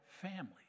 family